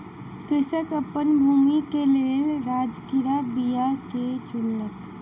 कृषक अपन भूमि के लेल राजगिरा बीया के चुनलक